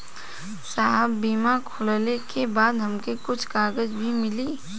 साहब बीमा खुलले के बाद हमके कुछ कागज भी मिली?